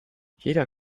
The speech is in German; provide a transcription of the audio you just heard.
jeder